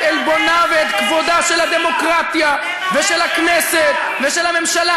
עלבונן ואת כבודן של הדמוקרטיה ושל הכנסת ושל הממשלה.